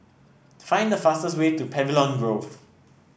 find the fastest way to Pavilion Grove